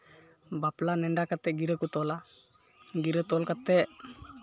ᱵᱟᱯᱞᱟ ᱱᱮᱸᱰᱟ ᱠᱟᱛᱮᱫ ᱜᱤᱨᱟᱹ ᱠᱚ ᱛᱚᱞᱟ ᱜᱤᱨᱟᱹ ᱛᱚᱞ ᱠᱟᱛᱮᱫ